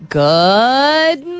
good